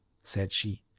said she.